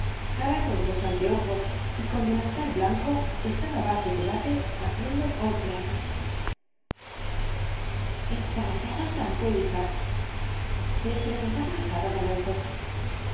calados los anteojos y con delantal blanco estaba bate que bate haciendo cold cream estará ya bastante hijas les preguntaba á cada momento más